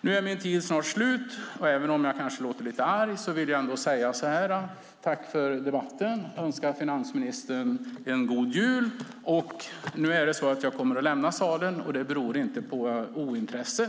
Nu är min talartid snart slut. Även om jag kanske låter lite arg vill jag tacka för debatten och önska finansministern en god jul. Nu kommer jag att lämna salen, och det beror inte på ointresse.